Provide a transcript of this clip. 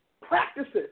practices